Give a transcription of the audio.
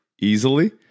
easily